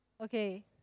okay